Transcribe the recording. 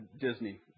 Disney